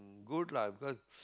good lah because